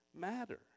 matter